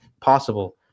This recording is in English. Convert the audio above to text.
possible